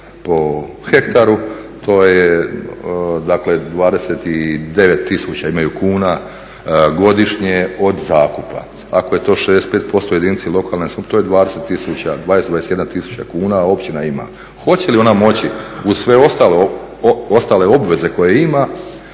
po hektaru to je dakle 29000 imaju kuna godišnje od zakupa. Ako je to 65% jedinica lokalne samouprave to je 20000, 21000 kuna općina ima. Hoće li ona moći uz sve ostale obveze koje ima